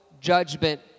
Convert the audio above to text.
judgment